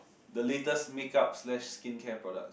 the latest makeup slash skincare products